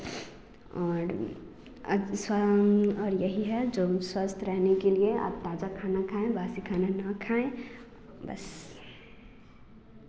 और यही है जो स्वस्थ रहने के लिए आप ताज़ा खाना खाएँ बासी खाना न खाएँ बस